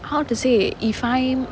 how to say if I